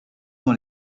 dans